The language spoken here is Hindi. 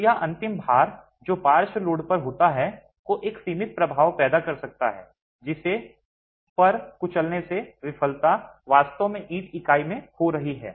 तो यह अंतिम भार जो पार्श्व लोड पर होता है को एक सीमित प्रभाव पैदा कर सकता है जिस पर कुचलने से विफलता वास्तव में ईंट इकाई में हो रही है